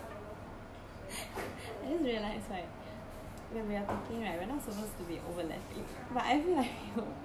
I just realised right when we are talking right we are not supposed to be overlapping but I feel like we overlap quite a lot